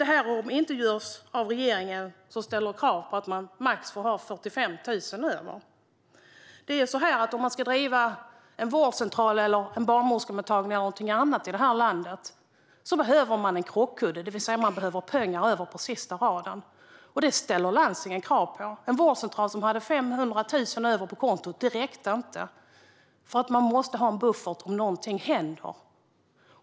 Detta omintetgörs dock av regeringen som ställer krav på att man får ha max 45 000 kronor över. Det är så här att om man ska driva en vårdcentral, en barnmorskemottagning eller någonting annat i det här landet behöver man en krockkudde. Man behöver alltså ha pengar över på sista raden, och det ställer landstingen krav på. En vårdcentral hade 500 000 kronor över på kontot, men det räckte inte, för man måste ha en buffert om någonting händer.